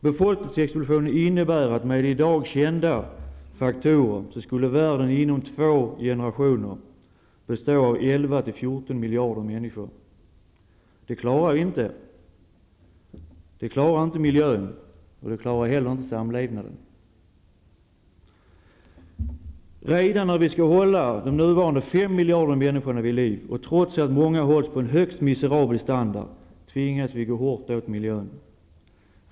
Befolkningsexplosionen innebär att med i dag kända faktorer så skulle världen inom två generationer bestå av 11--14 miljarder människor. Det klarar vi inte. Det klarar inte miljön. Det klarar inte samlevnaden. Redan när vi skall hålla nuvarande 5 miljarder människor vid liv -- och trots att många hålls på en högst miserabel standard -- tvingas vi att gå hårt åt miljön.